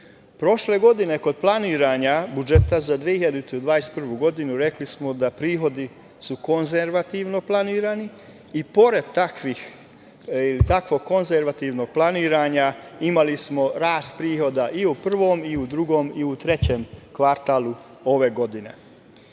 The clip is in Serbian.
mesecu. Prošle godine, kod planiranja budžeta za 2021. godinu, rekli smo da su prihodi konzervativno planirani. I pored takvog konzervativnog planiranja, imali smo rast prihoda i u prvom i u drugom i u trećem kvartalu ove godine.